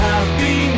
Happy